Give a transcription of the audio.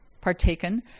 partaken